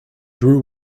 drew